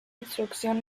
instrucción